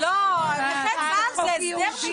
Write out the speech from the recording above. לא שזה המרכז חייהם אלא זה כל חייהם.